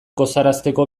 gozarazteko